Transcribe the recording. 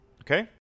okay